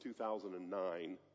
2009